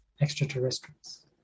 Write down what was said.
extraterrestrials